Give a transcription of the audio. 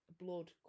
blood